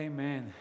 Amen